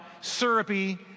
syrupy